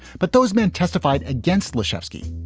but those men testified against laskowski,